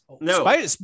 no